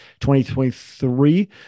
2023